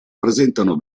presentano